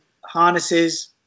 Harnesses